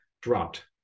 dropped